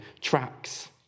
tracks